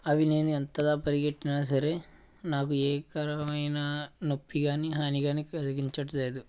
అవి నేను ఎంతగా పరిగెత్తినా సరే నాకు ఏ రకమైన నొప్పికానీ హానికానీ కలిగించడం లేదు